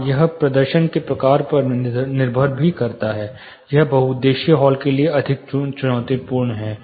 हां यह प्रदर्शन के प्रकार पर निर्भर करता है यह बहुउद्देशीय हॉल के लिए अधिक चुनौतीपूर्ण है